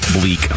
bleak